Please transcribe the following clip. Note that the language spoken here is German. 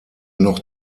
noch